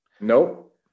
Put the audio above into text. Nope